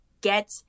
get